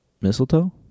Mistletoe